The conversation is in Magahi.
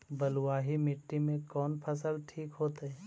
बलुआही मिट्टी में कौन फसल ठिक होतइ?